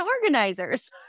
organizers